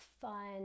fun